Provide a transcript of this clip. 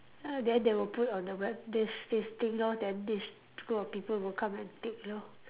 uh then they will put on the web this this thing lor then this group of people will come and take lor